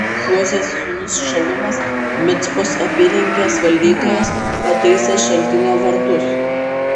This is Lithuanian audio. hozės sūnus šalumas micpos apylinkės valdytojas pataisė šaltinio vartus